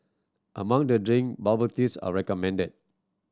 among the drink bubble teas are recommended